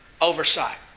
oversight